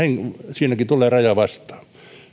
siinäkin tulee raja vastaan